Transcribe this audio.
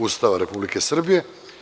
Ustava Republike Srbije.